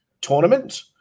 tournament